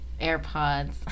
AirPods